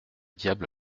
diable